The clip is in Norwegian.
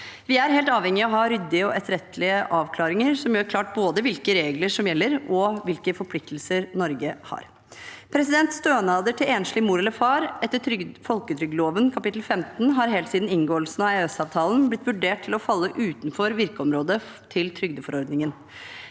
Vi er helt avhengig av å ha ryddige og etterrettelige avklaringer som gjør klart både hvilke regler som gjelder, og hvilke forpliktelser Norge har. Stønader til enslig mor eller far etter folketrygdloven kapittel 15 har helt siden inngåelsen av EØS-avtalen blitt vurdert til å falle utenfor virkeområdet til trygdeforordningen.